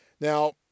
Now